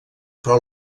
però